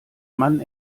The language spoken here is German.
man